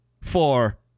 Four